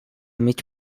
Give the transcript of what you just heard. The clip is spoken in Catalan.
mig